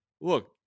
look